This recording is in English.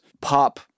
pop